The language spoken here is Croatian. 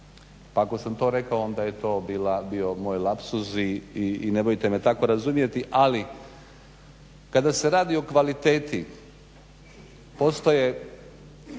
Pa ako sam to rekao onda je to bio moj lapsus i nemojte me tako razumjeti. Ali kada se radi o kvaliteti postoje